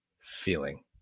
feeling